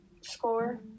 score